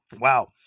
Wow